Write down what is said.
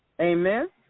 Amen